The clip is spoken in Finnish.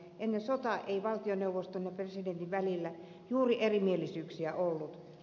ennen sotaa ei valtioneuvoston ja presidentin välillä juuri erimielisyyksiä ollut